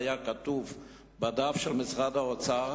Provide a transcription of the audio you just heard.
וכך היה כתוב בדף של משרד האוצר,